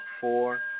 four